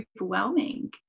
overwhelming